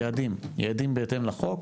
יעדים בהתאם לחוק.